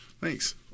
Thanks